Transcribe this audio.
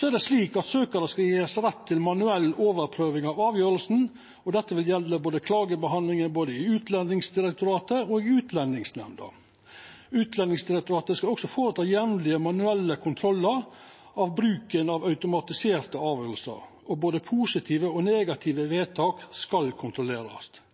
Søkjarar skal ha rett til manuell overprøving av avgjerda. Dette vil gjelda klagebehandlinga både i Utlendingsdirektoratet og i Utlendingsnemnda. Utlendingsdirektoratet skal også ha jamlege manuelle kontrollar av bruken av automatiserte avgjerder, og både positive og negative vedtak skal kontrollerast.